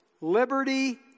liberty